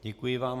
Děkuji vám.